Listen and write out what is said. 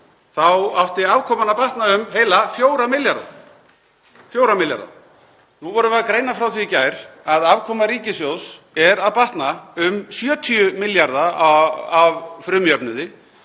þá átti afkoman að batna um heila 4 milljarða. Nú vorum við að greina frá því í gær að afkoma ríkissjóðs er að batna um 70 milljarða af frumjöfnuði